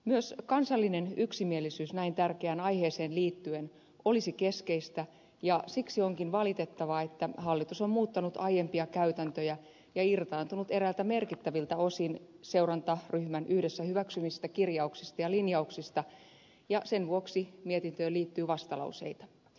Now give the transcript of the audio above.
myös kansallinen yksimielisyys näin tärkeään aiheeseen liittyen olisi keskeistä ja siksi onkin valitettavaa että hallitus on muuttanut aiempia käytäntöjä ja irtaantunut eräiltä merkittäviltä osin seurantaryhmän yhdessä hyväksymistä kirjauksista ja linjauksista ja sen vuoksi mietintöön liittyy vastalauseita